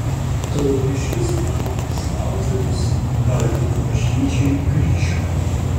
tauragiškis nenonas jaudzemas kaldina bažnyčiai kryžių